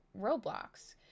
Roblox